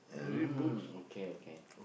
mm okay okay